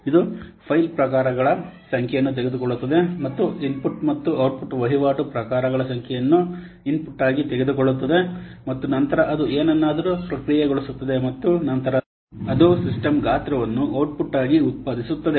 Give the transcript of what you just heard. ಇದು ಫೈಲ್ ಪ್ರಕಾರಗಳ ಸಂಖ್ಯೆಯನ್ನು ತೆಗೆದುಕೊಳ್ಳುತ್ತದೆ ಮತ್ತು ಇನ್ಪುಟ್ ಮತ್ತು ಔಟ್ಪುಟ್ ವಹಿವಾಟು ಪ್ರಕಾರಗಳ ಸಂಖ್ಯೆಯನ್ನು ಇನ್ಪುಟ್ ಆಗಿ ತೆಗೆದುಕೊಳ್ಳುತ್ತದೆ ಮತ್ತು ನಂತರ ಅದು ಏನನ್ನಾದರೂ ಪ್ರಕ್ರಿಯೆಗೊಳಿಸುತ್ತದೆ ಮತ್ತು ನಂತರ ಅದು ಸಿಸ್ಟಮ್ ಗಾತ್ರವನ್ನು ಔಟ್ಪುಟ್ ಆಗಿ ಉತ್ಪಾದಿಸುತ್ತದೆ